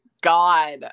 God